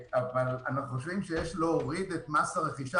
אנחנו חושבים שיש להוריד את מס הרכישה,